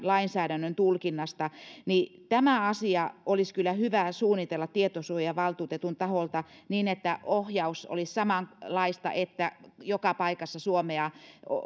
lainsäädännön tulkinnasta niin tämä asia olisi kyllä hyvä suunnitella tietosuojavaltuutetun taholta niin että ohjaus olisi samanlaista että joka paikassa suomea